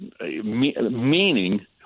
meaning